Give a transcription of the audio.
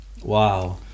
Wow